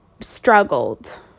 struggled